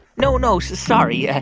no, no, so sorry. yeah